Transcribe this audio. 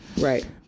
right